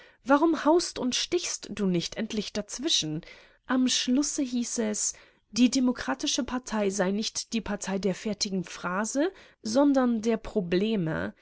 warum haust und stichst du nicht endlich dazwischen am schlusse hieß es die demokratische partei sei nicht die partei der fertigen phrase sondern der probleme